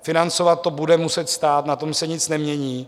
Financovat to bude muset stát, na tom se nic nemění.